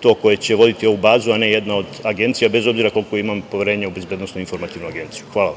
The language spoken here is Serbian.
to koje će voditi ovu bazu, a ne jedna od agencija, bez obzira koliko imam poverenja u BIA. Hvala. **Radovan Tvrdišić**